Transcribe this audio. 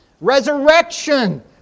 Resurrection